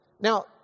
Now